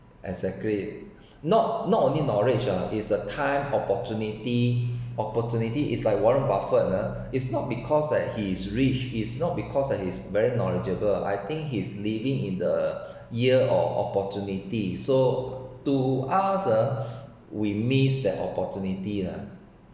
exactly not not only knowledge ah is a time opportunity opportunity is like warren buffett ah is not because that he is rich is not because of his very knowledgeable I think he’s living in the year of opportunity so to us ah we missed the opportunity lah